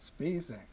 SpaceX